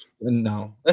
no